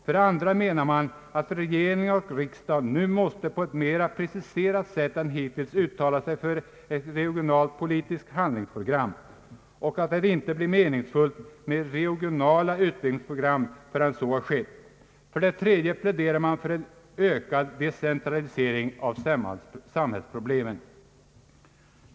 För det andra menar man att regering och riksdag nu måste på ett mera preciserat sätt än hittills uttala sig för ett regionalpolitiskt handlingsprogram och att det inte blir meningsfullt med regionala utvecklingsprogram förrän så har skett. För det tredje pläderar man för en ökad decentralisering av samhällsproblemen.